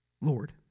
Lord